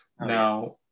now